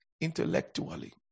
intellectually